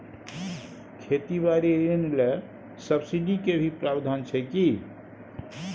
खेती बारी ऋण ले सब्सिडी के भी प्रावधान छै कि?